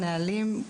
נהלים,